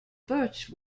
birch